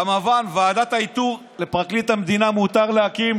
כמובן ועדת איתור לפרקליט המדינה מותר להקים,